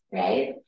right